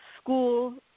school